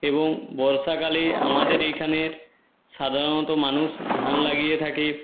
এবং বর্ষাকালে আমাদের এইখানের সাধারণত মানুষ ধান লাগিয়ে থাকে